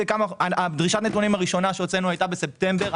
דרישת הנתונים הראשונה שהוצאנו הייתה בספטמבר,